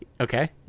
Okay